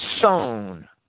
sown